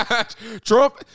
Trump